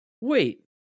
wait